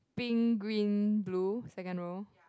pink green blue second row